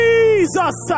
Jesus